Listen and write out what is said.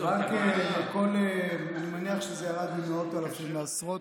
אני מניח שזה ירד ממאות אלפים לעשרות